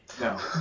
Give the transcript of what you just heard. No